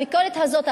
הביקורת הזאת,